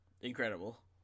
Incredible